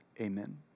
amen